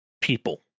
people